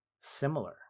similar